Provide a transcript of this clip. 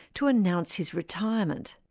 to announce his retirement.